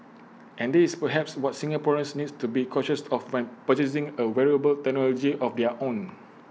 and this perhaps what Singaporeans need to be cautious of when purchasing A wearable technology of their own